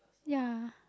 ya